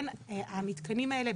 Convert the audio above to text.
המתקנים האלה,